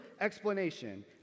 explanation